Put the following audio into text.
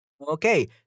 Okay